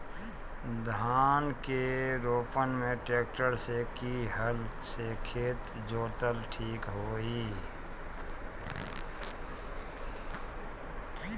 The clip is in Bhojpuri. धान के रोपन मे ट्रेक्टर से की हल से खेत जोतल ठीक होई?